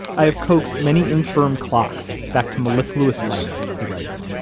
i have coaxed many infirm clocks back to mellifluous life, he writes.